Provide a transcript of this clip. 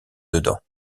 dedans